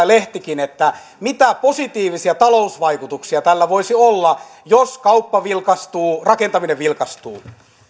lehtikin mitä positiivisia talousvaikutuksia tällä voisi olla jos kauppa vilkastuu rakentaminen vilkastuu